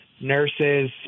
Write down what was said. nurses